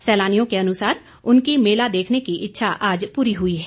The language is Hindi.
सैलानियों के अनुसार उनकी मेला देखने की इच्छा आज पूरी हुई है